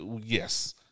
Yes